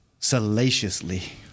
salaciously